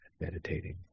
meditating